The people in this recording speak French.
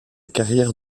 carrière